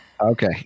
Okay